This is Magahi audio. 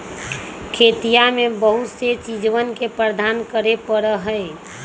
खेतिया में बहुत सी चीजवन के प्रबंधन करे पड़ा हई